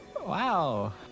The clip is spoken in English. Wow